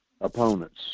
Opponents